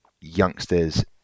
youngsters